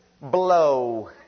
blow